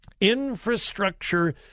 infrastructure